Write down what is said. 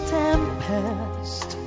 tempest